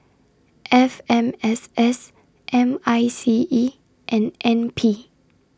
F M S S M I C E and N P